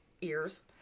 ears